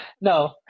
no